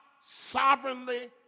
sovereignly